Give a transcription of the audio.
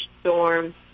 storm